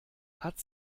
hat